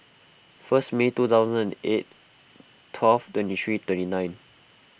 first May two thousand and eight twelve twenty three twenty nine